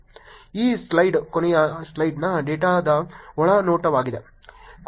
ಈ ಸ್ಲೈಡ್ ಕೊನೆಯ ಸ್ಲೈಡ್ನ ಡೇಟಾದ ಒಳ ನೋಟವಾಗಿದೆ